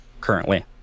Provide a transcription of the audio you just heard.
currently